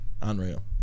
Unreal